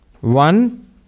One